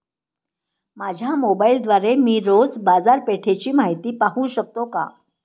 माझ्या मोबाइलद्वारे मी रोज बाजारपेठेची माहिती पाहू शकतो का?